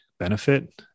benefit